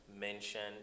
mentioned